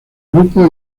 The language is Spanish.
grupo